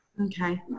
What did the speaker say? okay